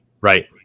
Right